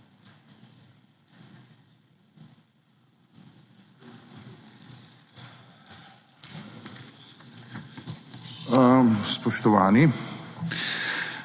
Spoštovane